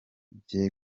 bye